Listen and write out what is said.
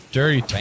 dirty